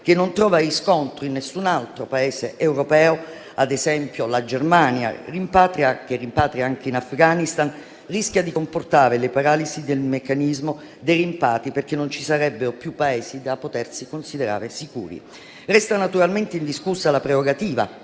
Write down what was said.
che non trova riscontro in nessun altro Paese europeo (ad esempio la Germania, che rimpatria anche in Afghanistan), rischi di comportare una paralisi del meccanismo dei rimpatri, perché non ci sarebbero più Paesi da potersi considerare sicuri. Resta naturalmente indiscussa la prerogativa